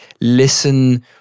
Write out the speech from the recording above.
listen